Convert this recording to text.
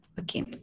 okay